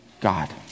God